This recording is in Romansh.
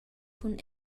cun